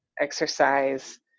exercise